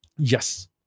Yes